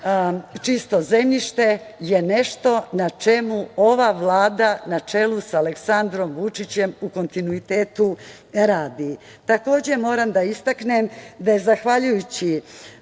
čisto zemljište je nešto na čemu ova Vlada na čelu sa Aleksandrom Vučićem u kontinuitetu radi. Takođe, moram da istaknem da su, zahvaljujući